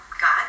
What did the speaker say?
God